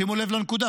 שימו לב לנקודה: